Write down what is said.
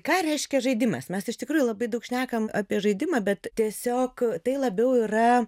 ką reiškia žaidimas mes iš tikrųjų labai daug šnekam apie žaidimą bet tiesiog tai labiau yra